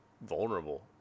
vulnerable